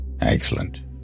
Excellent